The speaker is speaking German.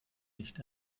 nicht